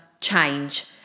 change